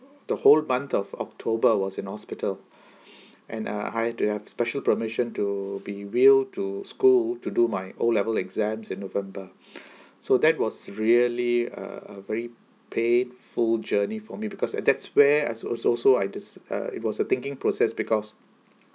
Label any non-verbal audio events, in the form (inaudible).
the whole month of october was in hospital (breath) and uh I have to have special permission to be wheeled to school to do my O level exams in november (breath) so that was really uh a very painful journey for me because that's where as also so I dis~ uh it was a thinking process because